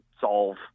solve